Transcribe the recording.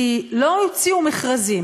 כי לא הוציאו מכרזים,